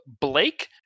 Blake